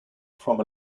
from